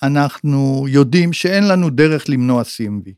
אנחנו יודעים שאין לנו דרך למנוע סימבי.